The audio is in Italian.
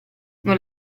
non